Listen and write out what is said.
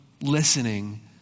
listening